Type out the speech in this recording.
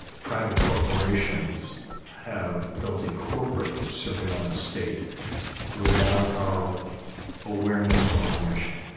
private corporations have built a corporate surveillance state without our awareness or permission.